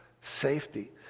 Safety